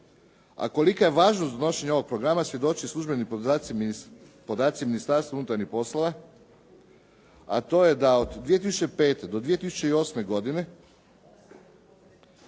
A kolika je važnost donošenja ovog programa svjedoče službeni podaci Ministarstva unutarnjih poslova, a to je da je od 2005. do 2008. godine